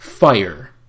fire